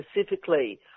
specifically